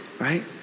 right